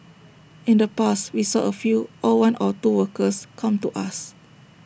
in the past we saw A few or one or two workers come to us